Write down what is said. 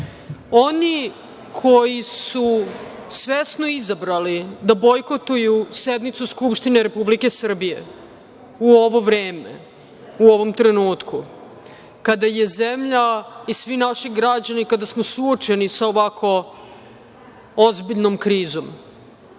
koji su svesno izabrali da bojkotuju sednicu Skupštine Republike Srbije u ovo vreme, u ovom trenutku kada je zemlja i svi naši građani suočeni sa ovako ozbiljnom krizom,